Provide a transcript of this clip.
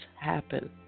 happen